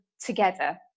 together